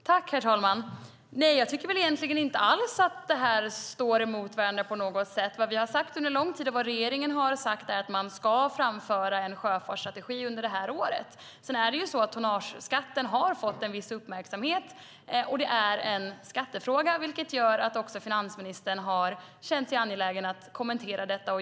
Herr talman! Nej, jag tycker egentligen inte att de står mot varandra på något sätt. Vad vi har sagt under en lång tid och vad regeringen har sagt är att man ska föra fram en sjöfartsstrategi under det här året. Sedan har tonnageskatten fått en viss uppmärksamhet. Och det är en skattefråga, vilket gör att också finansministern har känt sig angelägen att kommentera detta.